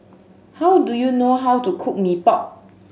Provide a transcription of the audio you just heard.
how do you know how to cook Mee Pok